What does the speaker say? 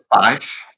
five